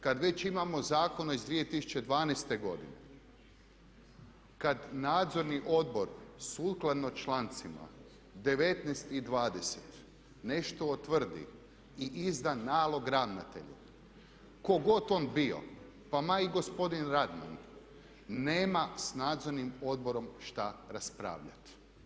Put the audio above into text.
Kada već imamo zakone iz 2012. godine, kad nadzorni odbor sukladno člancima 19. i 20. nešto utvrdi i izda nalog ravnatelja, tko god on bio pa … i gospodin Radman, nema s nadzornim odborom šta raspravljati.